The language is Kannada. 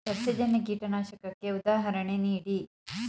ಸಸ್ಯಜನ್ಯ ಕೀಟನಾಶಕಕ್ಕೆ ಉದಾಹರಣೆ ನೀಡಿ?